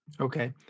Okay